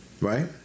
Right